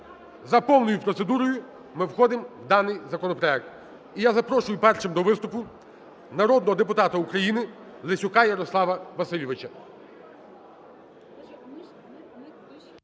За повною процедурою ми входимо в даний законопроект. І я запрошую першим до виступу народного депутата України Лесюка Ярослава Васильовича.